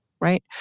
right